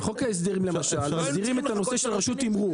בחוק ההסדרים למשל מסדירים את הנושא של רשות תמרור.